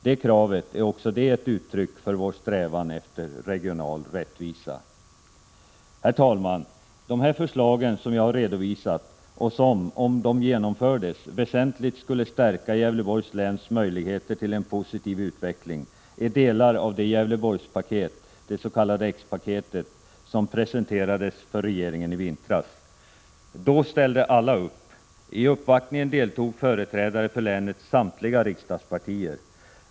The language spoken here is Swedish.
Det kravet är också ett uttryck för vår strävan efter regional rättvisa. Herr talman! De här förslagen som jag har redovisat och som, om de genomfördes, väsentligt skulle stärka Gävleborgs läns möjligheter till en positiv utveckling, är delar av det Gävleborgspaket, det s.k. X-paketet, som presenterades för regeringen i vintras. Då ställde alla upp. I uppvaktningen deltog företrädare för länets samtliga riksdagspartier.